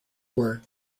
were